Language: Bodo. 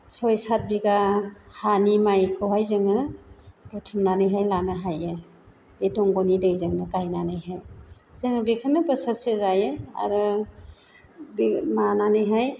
सय सात बिगा हानि माइखौहाय जोङो बुथुमनानैहाय लानो हायो बे दंग'नि दैजोंनो गायनानैहाय जोङो बेखौनो बोसोरसे जायो आरो बे मानानैहाय